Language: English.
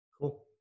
Cool